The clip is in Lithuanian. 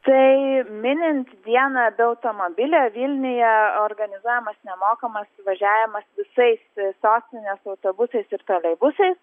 tai minint dieną be automobilio vilniuje organizuojamas nemokamas važiavimas visais sostinės autobusais ir troleibusais